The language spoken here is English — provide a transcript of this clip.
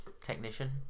technician